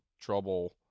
trouble